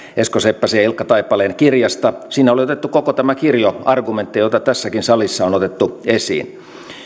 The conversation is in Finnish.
esko seppäsen ja ilkka taipaleen kirjasta siinä oli otettu koko tämä kirjo argumentteja joita tässäkin salissa on otettu esiin